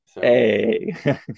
Hey